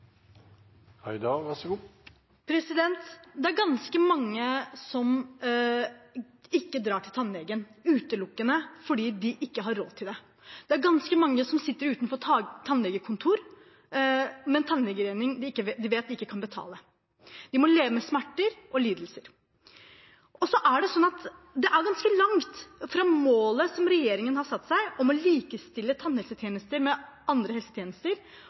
ganske mange som sitter utenfor et tannlegekontor med en tannlegeregning de vet de ikke kan betale. De må leve med smerter og lidelser. Så er det sånn at det er ganske langt fra målet som regjeringen har satt seg om å likestille tannhelsetjenester med andre helsetjenester,